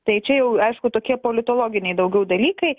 tai čia jau aišku tokie politologiniai daugiau dalykai